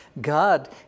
God